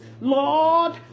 Lord